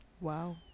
wow